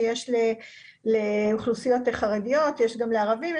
שיש לאוכלוסיות חרדיות ולערבים.